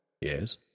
Yes